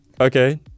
okay